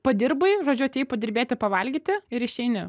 padirbai žodžiu atėjai padirbėti pavalgyti ir išeini